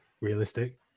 realistic